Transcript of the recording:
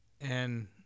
and-